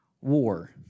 war